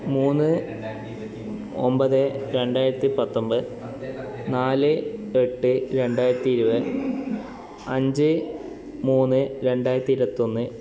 മൂന്ന് ഒമ്പത് രണ്ടായിരത്തിപ്പത്തൊമ്പത് നാല് എട്ട് രണ്ടായിരത്തിയിരുപത് അഞ്ച് മൂന്ന് രണ്ടായിരത്തിയിരുപത്തൊന്ന്